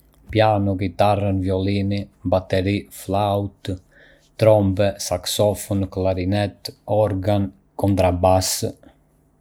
Ka shumë instrumente muzikore, si piano, gitarë, violinë, bateri, flaut, trompë, saksofon, klarinet, organ dhe kontrabass. Çdo njëri nga këto instrumente ka një tingull unik dhe përdoret në zhanre të ndryshme muzikore.